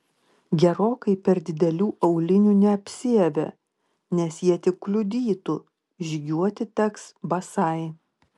gerokai per didelių aulinių neapsiavė nes jie tik kliudytų žygiuoti teks basai